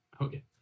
Okay